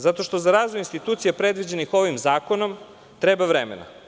Zato što za razvoj institucija predviđenih ovim zakonom treba vremena.